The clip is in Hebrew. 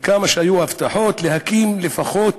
וכמה שהיו הבטחות להקים לפחות